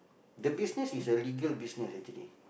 the business is a legal business actually